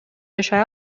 жашай